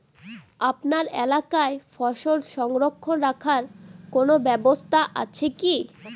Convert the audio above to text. আপনার এলাকায় ফসল সংরক্ষণ রাখার কোন ব্যাবস্থা আছে কি?